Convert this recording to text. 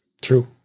True